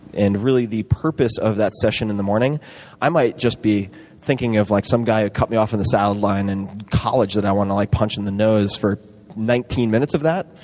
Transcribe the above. and really the purpose of that session in the morning i might just be thinking of like some guy who cut me off in the salad line in college that i want to like punch in the nose for nineteen minutes of that.